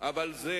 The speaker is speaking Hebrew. אבל זה